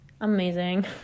amazing